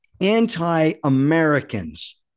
anti-Americans